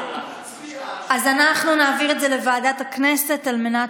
אנחנו נעביר את זה לוועדת הכנסת על מנת